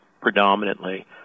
predominantly